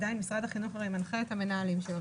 עדיין משרד החינוך מנחה את המנהלים שלו,